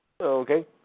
Okay